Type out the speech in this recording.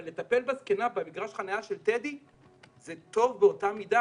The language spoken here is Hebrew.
אבל לטפל בזקנה במגרש חנייה של טדי - זה טוב באותה מידה.